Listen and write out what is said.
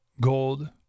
Gold